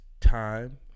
time